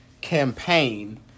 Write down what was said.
campaign